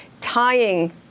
tying